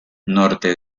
norte